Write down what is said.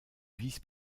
vice